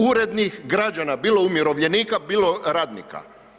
Urednih građana, bilo umirovljenika, bilo radnika.